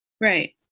Right